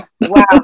Wow